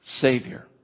Savior